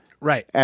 Right